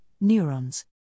neurons